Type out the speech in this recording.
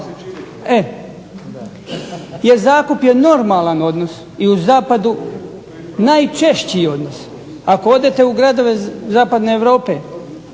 jer zakup je normalan odnos i u zapadu najčešći odnos. Ako odete u gradove zapadne Europe,